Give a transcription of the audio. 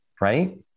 right